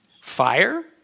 Fire